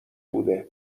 بوده